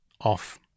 off